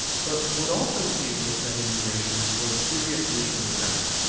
but what also came with that immigration was serious racial resentment.